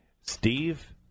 Steve